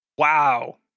Wow